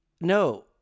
No